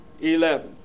eleven